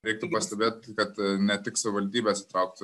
reiktų pastebėti kad ne tik savivaldybes įtraukti